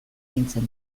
nintzen